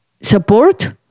support